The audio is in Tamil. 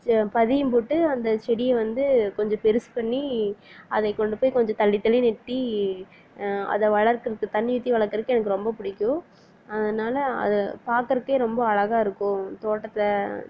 பதியம் போட்டு அந்த செடியை வந்து கொஞ்சம் பெருசு பண்ணி அதை கொண்டு போய் கொஞ்சம் தள்ளி தள்ளி நட்டு அதை வளர்க்கிறது தண்ணிர் ஊற்றி வளக்கிறதுக்கு எனக்கு ரொம்ப பிடிக்கும் அதனால அதை பாக்குறதுக்கே ரொம்ப அழகாக இருக்கும் தோட்டத்தை